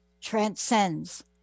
transcends